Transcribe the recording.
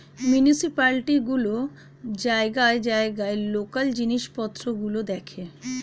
municipality গুলো জায়গায় জায়গায় লোকাল জিনিসপত্র গুলো দেখে